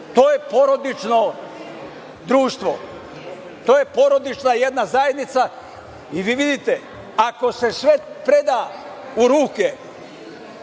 To je porodično društvo, to je porodična zajednica i vi vidite, ako se sve preda u ruke